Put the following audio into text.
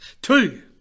Two